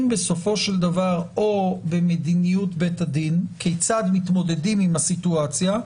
בסופו של דבר במדיניות בית הדין כיצד מתמודדים עם הסיטואציה,